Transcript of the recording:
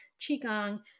Qigong